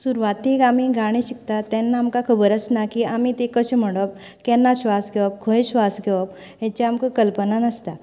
सुरवातेक आमी गाणी शिकता तेन्ना आमकां खबर आसना की आमी तें कशें मानप केन्ना श्वास घेवप खंय श्वास घेवप ती आमकां कल्पना नासता